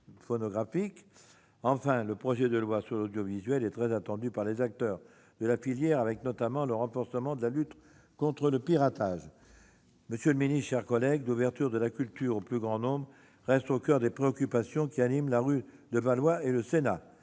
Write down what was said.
Enfin, le projet de loi sur l'audiovisuel est très attendu par les acteurs de la filière, avec notamment le renforcement de la lutte contre le piratage. Monsieur le ministre, mes chers collègues, l'ouverture de la culture au plus grand nombre reste au coeur des préoccupations qui animent la rue de Valois et le Sénat.